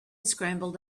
scrambled